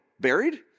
buried